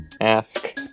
ask